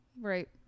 right